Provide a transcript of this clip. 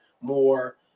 more